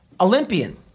Olympian